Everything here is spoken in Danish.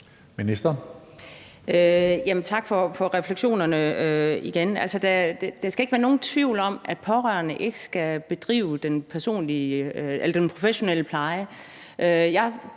Igen vil jeg sige: Der skal ikke være nogen tvivl om, at pårørende ikke skal bedrive den professionelle pleje.